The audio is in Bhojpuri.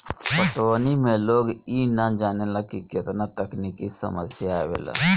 पटवनी में लोग इ ना जानेला की केतना तकनिकी समस्या आवेला